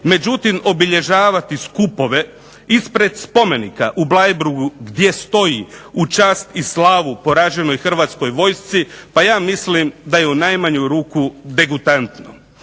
međutim obilježavati skupove ispred spomenika u Bleiburgu gdje stoji "u čast i slavu poraženoj hrvatskoj vojsci" pa ja mislim da je u najmanju ruku degutantno.